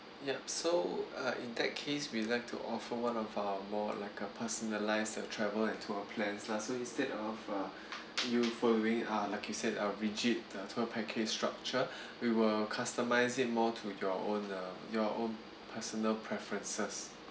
yup so uh in that case we like to offer one of our more like a personalised uh travel and tour plans lah so instead of uh you following uh like you said uh rigid uh tour package structure we will customise it more to your own uh your own personal preferences